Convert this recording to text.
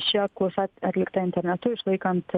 ši apklausa atlikta internetu išlaikant